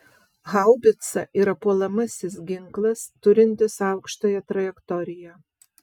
haubica yra puolamasis ginklas turintis aukštąją trajektoriją